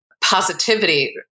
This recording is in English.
positivity